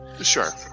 Sure